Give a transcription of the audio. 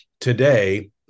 today